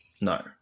No